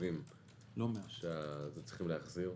חושבים שצריכים להחזיר?